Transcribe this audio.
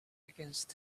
against